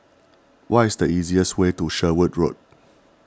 what is the easiest way to Sherwood Road